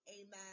amen